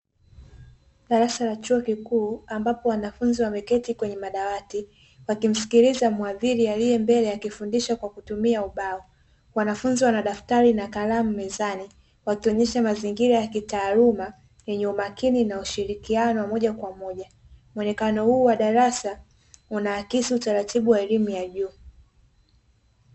Darasa la chuo kikuu ambapo wanafunzi wameketi kwenye madawati wakimsikiliza mhadhiri aliye mbele akifundisha kwa kutumia ubao, wanafunzi wana daftari na kalamu mezani wakionesha mazingira ya kitaaluma yenye umakini na ushirikiano wa moja kwa moja, muonekano huu wa darasa unaakisi utaratibu wa elimu ya juu.